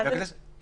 מה זה מידית?